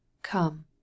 Come